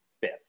Fifth